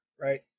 Right